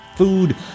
food